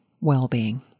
well-being